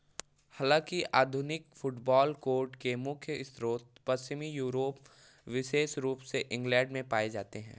हालाँकि आधुनिक football code के मुख्य स्रोत पश्चिमी यूरोप विशेष रूप से इंग्लैंड में पाए जाते हैं